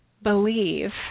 believe